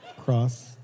Cross